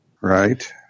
Right